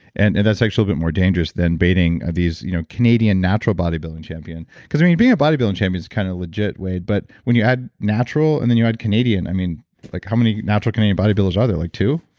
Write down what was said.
and and that's actually a bit more dangerous than baiting these you know canadian natural bodybuilding champion. because when you're being a bodybuilding champion is kind of legit weighed but when you add natural and then you add canadian, i mean like how many natural canadian bodybuilders are there? like two?